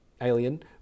alien